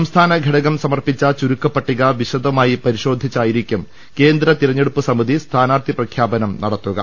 സംസ്ഥാന ഘടകം സമർപ്പിച്ച ചുരുക്കപ്പട്ടിക വിശദമായി പരിശോധിച്ചായിരിക്കും കേന്ദ്ര തെര ഞ്ഞെടുപ്പ് സമിതി സ്ഥാനാർത്ഥി പ്രഖ്യാപനം നടത്തുക